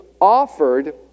offered